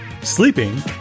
Sleeping